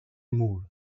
moore